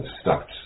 stuck